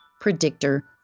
predictor